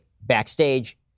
Backstage